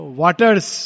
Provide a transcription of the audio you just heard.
waters